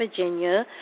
Virginia